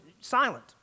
silent